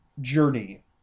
journey